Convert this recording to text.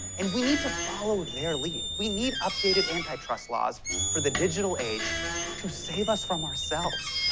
and we need to follow their lead, we need updated antitrust laws for the digital age to save us from ourselves.